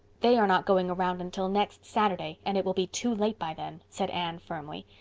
they are not going around until next saturday and it will be too late by then, said anne firmly.